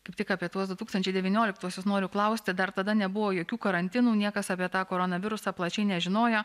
kaip tik apie tuos du tūkstančiai devynioliktuosius noriu klausti dar tada nebuvo jokių karantinų niekas apie tą koronavirusą plačiai nežinojo